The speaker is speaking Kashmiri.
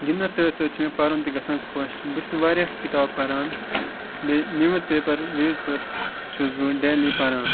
گِنٛدنَس سۭتۍ سۭتۍ چھِ مےٚ پَرُن تہِ گژھان خۄش بہٕ چھُس واریاہ کِتاب پَران بیٚیہِ نِوٕز پیپَر وِوٕز پَر چھُس بہٕ وۄنۍ ڈیلی پَران